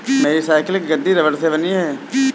मेरी साइकिल की गद्दी रबड़ से बनी है